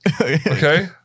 Okay